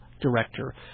director